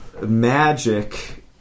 magic